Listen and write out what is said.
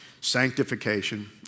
sanctification